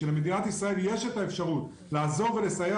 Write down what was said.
שלמדינת ישראל יש את האפשרות לעזור ולסייע